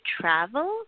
travel